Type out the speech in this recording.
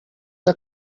der